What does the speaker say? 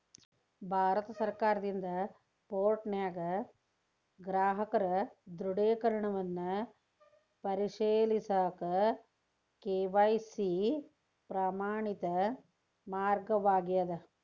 ಭಾರತ ಸರ್ಕಾರದಿಂದ ಪೋರ್ಟಲ್ನ್ಯಾಗ ಗ್ರಾಹಕರ ದೃಢೇಕರಣವನ್ನ ಪರಿಶೇಲಿಸಕ ಕೆ.ವಾಯ್.ಸಿ ಪ್ರಮಾಣಿತ ಮಾರ್ಗವಾಗ್ಯದ